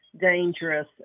dangerous